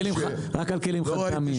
רק על כלים חד פעמיים.